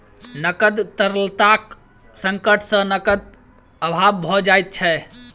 नकद तरलताक संकट सॅ नकद के अभाव भ जाइत छै